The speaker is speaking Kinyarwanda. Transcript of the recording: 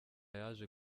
yaje